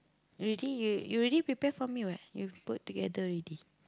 already you you already prepared for me what you put together already